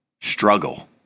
struggle